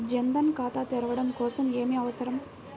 జన్ ధన్ ఖాతా తెరవడం కోసం ఏమి అవసరం?